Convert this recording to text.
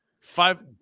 five